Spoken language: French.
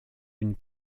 une